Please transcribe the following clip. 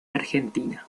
argentina